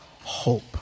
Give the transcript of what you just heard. hope